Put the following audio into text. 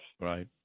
Right